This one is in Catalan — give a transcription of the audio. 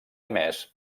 emès